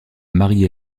marie